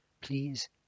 please